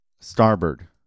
starboard